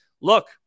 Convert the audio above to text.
Look